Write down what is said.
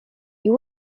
you